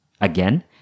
Again